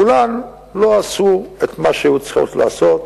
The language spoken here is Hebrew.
כולן לא עשו את מה שהיו צריכות לעשות.